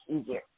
Easier